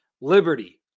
Liberty